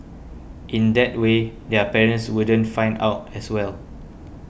in that way their parents wouldn't find out as well